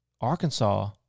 Arkansas